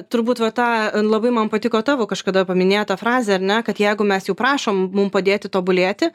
turbūt va tą labai man patiko tavo kažkada paminėta frazė ar ne kad jeigu mes jau prašom mum padėti tobulėti